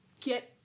Get